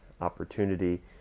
opportunity